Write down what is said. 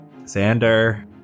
Xander